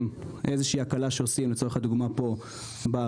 איזושהי הקלה שעושים לצורך הדוגמא פה ברגולציה,